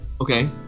okay